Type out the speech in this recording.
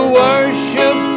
worship